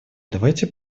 давайте